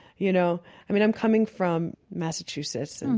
you know, i'm coming from massachusetts and,